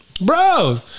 Bro